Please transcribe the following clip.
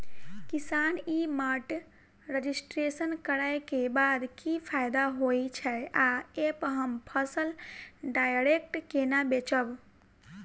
किसान e mart registration करै केँ बाद की फायदा होइ छै आ ऐप हम फसल डायरेक्ट केना बेचब?